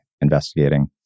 investigating